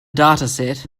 dataset